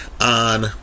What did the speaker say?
on